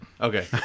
Okay